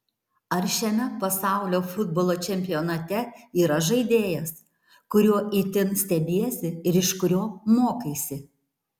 ar šiame pasaulio futbolo čempionate yra žaidėjas kuriuo itin stebiesi ir iš kurio mokaisi